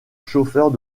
chauffeurs